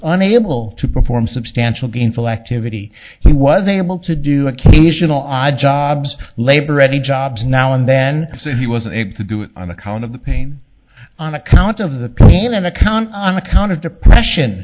unable to perform substantial gainful activity he was able to do occasional eye jobs labor ready jobs now and then say he was unable to do it on account of the pain on account of the pain on account on account of depression